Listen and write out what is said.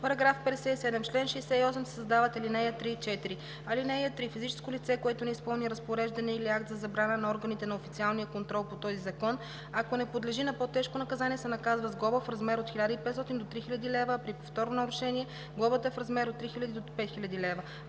§ 57: „§ 57. В чл. 68 се създават ал. 3 и 4: „(3) Физическо лице, което не изпълни разпореждане или акт за забрана на органите на официалния контрол по този закон, ако не подлежи на по-тежко наказание, се наказва с глоба в размер от 1500 до 3000 лв., а при повторно нарушение глобата е в размер от 3000 до 5000 лв.